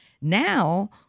Now